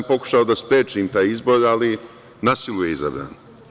Pokušao sam da sprečim taj izbor, ali na silu je izabran.